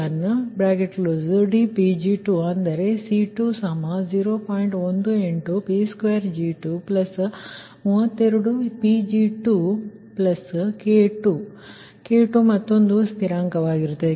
18 Pg2232 Pg2K2 K2 ಮತ್ತೊಂದು ಸ್ಥಿರವಾಗಿರುತ್ತದೆ